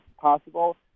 possible